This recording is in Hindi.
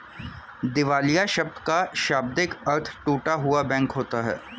दिवालिया शब्द का शाब्दिक अर्थ टूटा हुआ बैंक होता है